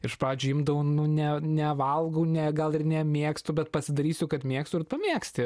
iš pradžių imdavau nu ne nevalgau ne gal ir ne mėgstu bet pasidarysiu kad mėgstu ir pamėgsti